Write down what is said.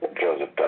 Joseph